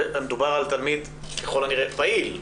ומדובר על תלמיד ככל הנראה פעיל.